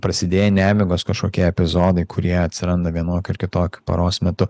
prasidėję nemigos kažkokie epizodai kurie atsiranda vienokiu ar kitokiu paros metu